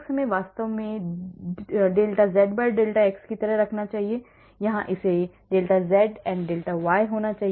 हमें वास्तव में इसे δzδx की तरह रखना चाहिए और यहाँ इसे δzand δy होना चाहिए